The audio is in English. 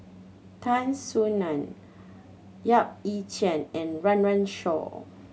Tan Soo Nan Yap Ee Chian and Run Run Shaw